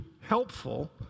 helpful